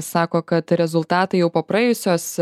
sako kad rezultatai jau po praėjusios